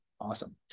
awesome